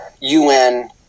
UN